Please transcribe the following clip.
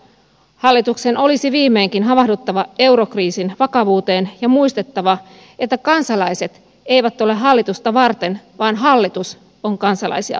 hallituksen olisi viimeinkin havahduttava eurokriisin vakavuuteen ja muistettava että kansalaiset eivät ole hallitusta varten vaan hallitus on kansalaisia varten